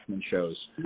shows